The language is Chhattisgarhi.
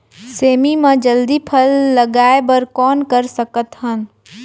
सेमी म जल्दी फल लगाय बर कौन कर सकत हन?